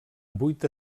vuit